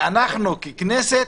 ואנחנו ככנסת